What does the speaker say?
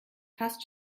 fast